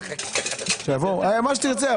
מה שתרצה,